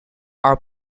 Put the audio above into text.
are